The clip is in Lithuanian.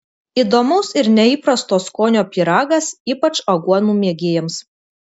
įdomaus ir neįprasto skonio pyragas ypač aguonų mėgėjams